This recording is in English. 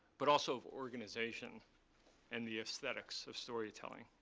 but also of organization and the aesthetics of storytelling.